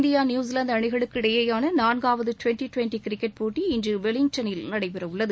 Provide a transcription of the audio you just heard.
India New Zealand அணிகளுக்கு இடையேயான நான்காவது டிவெண்டி டிவெண்டி கிரிக்கெட் போட்டி இன்று வெலிங்டனில் நடைபெறவுள்ளது